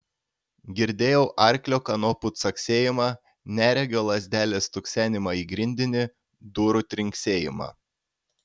girdėjau arklio kanopų caksėjimą neregio lazdelės stuksenimą į grindinį durų trinksėjimą